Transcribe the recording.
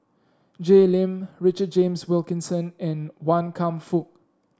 Jay Lim Richard James Wilkinson and Wan Kam Fook